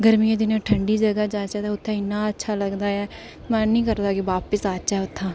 गर्मियें दिनें ठंडी जगह जाह्चे ते उत्थै इ'न्ना अच्छा लगदा ऐ ते मन निं करदा ऐ के बापिस औचै उत्थां दा